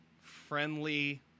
friendly